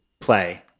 play